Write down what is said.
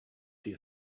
see